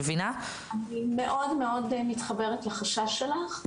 אני מאוד מתחברת לחשש שלך.